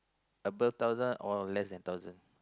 above thousand or less than thousand